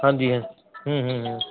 ਹਾਂਜੀ ਹਾਂ ਹਮ ਹਮ ਹਮ